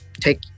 take